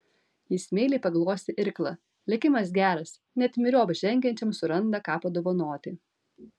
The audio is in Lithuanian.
jis meiliai paglostė irklą likimas geras net myriop žengiančiam suranda ką padovanoti